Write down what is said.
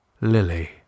Lily